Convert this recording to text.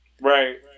right